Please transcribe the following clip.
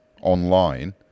online